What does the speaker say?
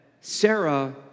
Sarah